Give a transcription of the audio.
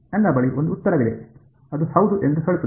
ನನ್ನ ಬಳಿ ಒಂದು ಉತ್ತರವಿದೆ ಅದು ಹೌದು ಎಂದು ಹೇಳುತ್ತದೆ